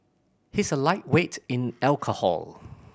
he is a lightweight in alcohol